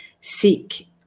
seek